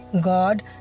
God